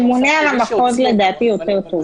הממונה על המחוז יותר טוב.